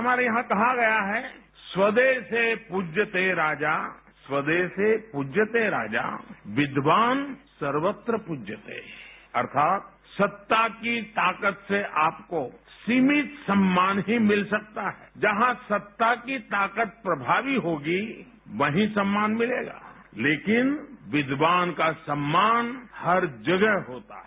हमारे यहां कहा गया है स्वदे से पृज्यते राजा स्वदे से पृज्यते राजा विद्वान सर्वत्र पृज्यते अर्थात सत्ता की ताकत से आपको सिमित सम्मान ही मिल सकता है जहां सत्ता ं की ताकत प्रभावी होगों वहीं सम्मान मिलेगा लेकिंन विद्वान का सम्मान हर जगह होता है